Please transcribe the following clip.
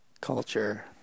Culture